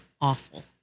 awful